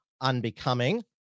unbecoming